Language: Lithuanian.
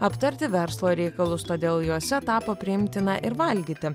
aptarti verslo reikalus todėl jose tapo priimtina ir valgyti